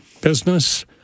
Business